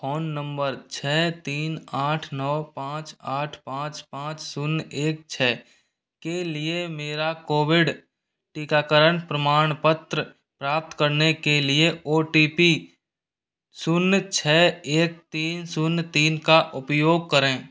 phone नंबर छः तीन आठ नौ पाँच आठ पाँच पाँच शून्य एक छः के लिए मेरा कोविड टीकाकरण प्रमाणपत्र प्राप्त करने के लिए ओ टी पी शून्य छः एक तीन शून्य तीन का उपयोग करें